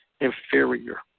inferior